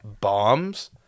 bombs